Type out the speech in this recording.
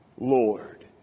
Lord